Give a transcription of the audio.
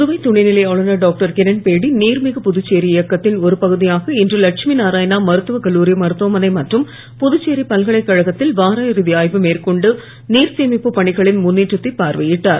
புதுவை துணைநிலை ஆளுநர் டாக்டர் கிரண்பேடி நீர்மிகு புதுச்சேரி இயக்கத்தின் ஒரு பகுதியாக இன்று லட்கமிநாராயணா மருத்துவ கல்லூரி மருத்துவமனை மற்றும் புதுச்சேரி பல்கலைக்கழகத்தில் வார இறுதி ஆய்வு மேற்கொண்டு நீர் சேமிப்புப் பணிகளின் முன்னேற்றத்தை பார்வையிட்டார்